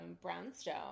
Brownstone